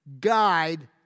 guide